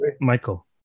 Michael